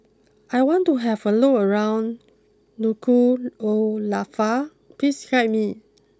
I want to have a look around Nuku'alofa please guide me